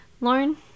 lauren